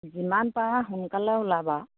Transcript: যিমান পাৰা সোনকালে ওলাবা